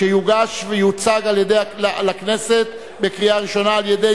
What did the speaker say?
שתוגש ותוצג לכנסת לקריאה ראשונה על-ידי